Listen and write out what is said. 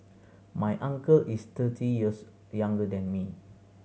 my uncle is thirty years younger than me